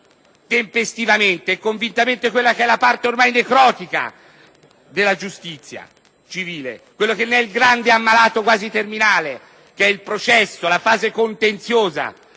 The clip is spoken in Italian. tempestivamente e convintamente quella che è ormai la parte necrotica della giustizia civile, quello che ne è il grande malato quasi terminale: il processo, la fase contenziosa,